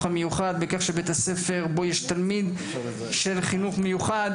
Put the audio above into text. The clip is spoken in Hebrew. המיוחד --- של בית הספר שבו יש תלמיד של חינוך מיוחד.